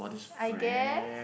I guess